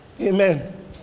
Amen